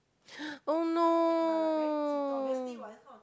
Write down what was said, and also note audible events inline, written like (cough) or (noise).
(noise) oh no